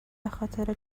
بخاطر